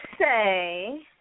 say